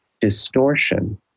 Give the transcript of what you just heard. distortion